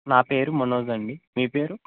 నా పేరు మనోజ్ అండి మీ పేరు